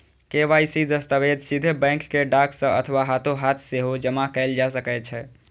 KYC दस्तावेज सीधे bank कें डाक सं अथवा हाथोहाथ सेहो जमा कैल जा सकै छै